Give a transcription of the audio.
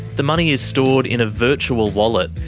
the money is stored in a virtual wallet,